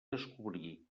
descobrí